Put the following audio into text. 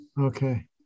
okay